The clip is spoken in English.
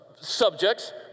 subjects